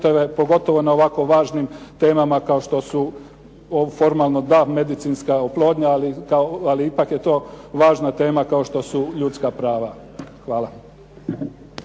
pogotovo na ovako važnim temama kao što su formalno da medicinska oplodnja. Ali je ipak to važna tema kao što su ljudska prava. Hvala.